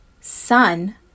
sun